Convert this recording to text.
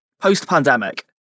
post-pandemic